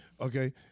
Okay